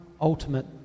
ultimate